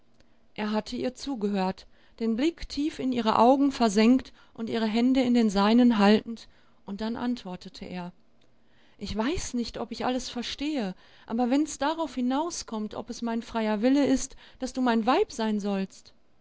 er hatte ihr zugehört den blick tief in ihre augen versenkt und ihre hände in den seinen haltend und dann antwortete er ich weiß nicht ob ich alles verstehe aber wenn's darauf hinauskommt ob es mein freier wille ist daß du mein weib sein sollst